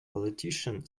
politician